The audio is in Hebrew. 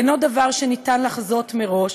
אינו דבר שניתן לחזות מראש,